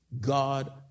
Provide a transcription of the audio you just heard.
God